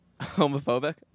Homophobic